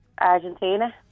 Argentina